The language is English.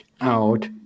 out